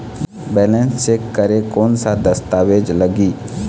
Balance check करें कोन सा दस्तावेज लगी?